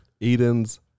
Eden's